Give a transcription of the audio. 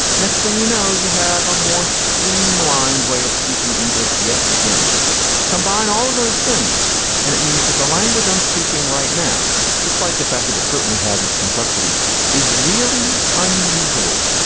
next thing you know you have a more streamlined way of speaking english yet again combine all of those things and it means that the language i'm speaking right now despite the fact that it certainly has its complexities is really unusual.